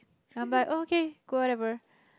I'm like okay go whatever